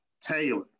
Taylor